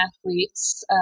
Athletes